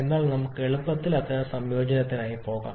അതിനാൽ നമുക്ക് എളുപ്പത്തിൽ അത്തരം സംയോജനത്തിനായി പോകാം